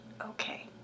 okay